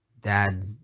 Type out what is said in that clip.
dad